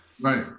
Right